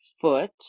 foot